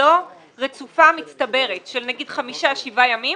לא רצופה אלא מצטברת של נגיד חמישה-שבעה ימים.